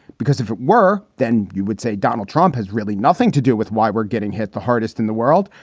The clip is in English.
because if it were, then you would say donald trump has really nothing to do with why we're getting hit the hardest in the world.